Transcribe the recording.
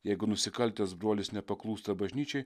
jeigu nusikaltęs brolis nepaklūsta bažnyčiai